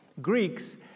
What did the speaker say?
Greeks